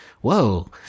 whoa